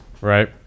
right